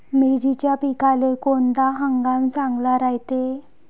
मिर्चीच्या पिकाले कोनता हंगाम चांगला रायते?